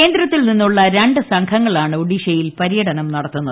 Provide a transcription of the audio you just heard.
കേന്ദ്രത്തിൽ നിന്നുള്ള രണ്ട് സംഘങ്ങളാണ് ഒഡീഷയിൽ പര്യടനം നടത്തുന്നത്